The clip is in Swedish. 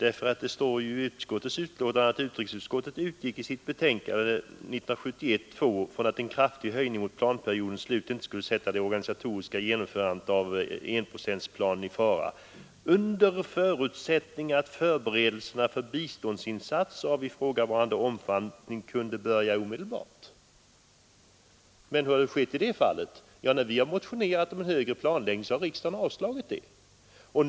I sitt betänkande nr 2 år 1971 skrev nämligen utrikesutskottet att utskottet utgick från att en kraftig höjning mot periodens slut inte skulle sätta det organisatoriska genomförandet av enprocentsmålet i fara ”under förutsättning att förberedelserna för biståndsinsatser av ifrågavarande omfattning kunde börja omedelbart”. Men vad har skett i det fallet? När vi har motionerat om planläggning för högre anslag har riksdagen avslagit våra krav.